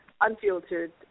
unfiltered